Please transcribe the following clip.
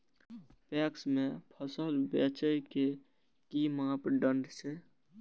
PACS में फसल बेचे के कि मापदंड छै?